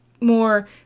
more